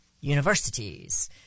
universities